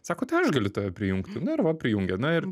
sako tai aš galiu tave prijungti nu ir va prijungė na ir